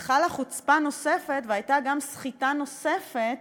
חלה חוצפה נוספת, והייתה גם סחיטה נוספת,